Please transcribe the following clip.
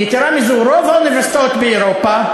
יתרה מזאת, רוב האוניברסיטאות באירופה,